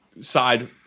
side